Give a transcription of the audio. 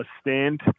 stand